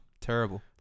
terrible